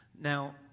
Now